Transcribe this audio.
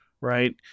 Right